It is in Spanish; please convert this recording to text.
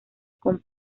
con